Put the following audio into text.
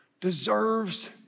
deserves